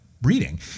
breeding